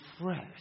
fresh